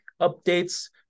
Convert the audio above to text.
updates